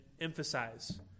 emphasize